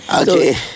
okay